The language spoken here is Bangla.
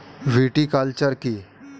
ভিটিকালচার কী?